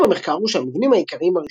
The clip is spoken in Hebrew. המוסכם במחקר הוא שהמבנים העיקריים